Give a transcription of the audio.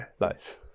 nice